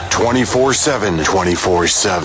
24-7-24-7